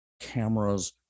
cameras